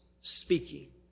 speaking